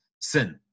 sin